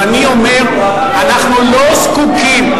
ואני אומר: אנחנו לא זקוקים.